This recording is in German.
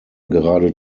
gerade